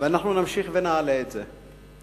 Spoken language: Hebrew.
ואנחנו נמשיך ונעלה את זה.